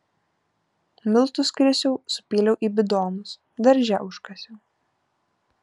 miltus krisiau supyliau į bidonus darže užkasiau